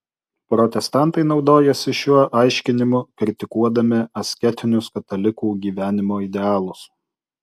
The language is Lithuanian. protestantai naudojasi šiuo aiškinimu kritikuodami asketinius katalikų gyvenimo idealus